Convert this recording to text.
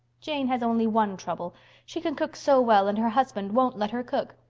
jane has only one trouble she can cook so well and her husband won't let her cook.